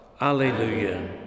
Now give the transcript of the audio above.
Alleluia